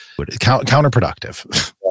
counterproductive